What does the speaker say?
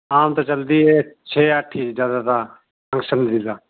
ਆਮ ਤਾਂ ਚੱਲਦੀ ਹੈ ਛੇ ਅੱਠ ਹੀ ਜ਼ਿਆਦਾ ਤਾਂ